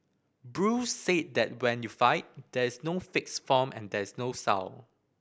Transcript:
Bruce said that when you fight there is no fixed form and there is no style